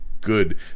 good